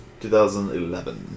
2011